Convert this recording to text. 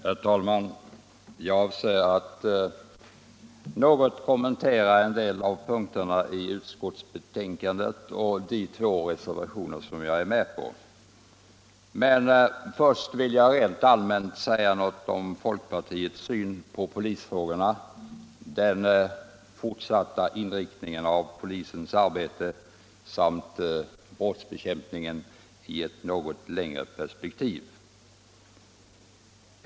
Herr talman! Jag avser att något kommentera en del av punkterna i utskottsbetänkandet och de två reservationer som jag är med på. Men först vill jag rent allmänt säga ett par ord om folkpartiets syn på polisfrågorna, den fortsatta inriktningen av polisens arbete samt brottsbekämpningen i ett något längre perspektiv.